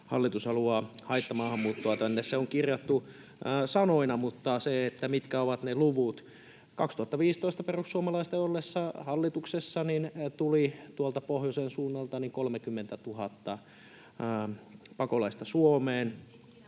”Hallitus haluaa haittamaahanmuuttoa”. Se on kirjattu sanoina, mutta mitkä ovat ne luvut? 2015 perussuomalaisten ollessa hallituksessa tuli tuolta pohjoisen suunnalta 30 000 pakolaista Suomeen,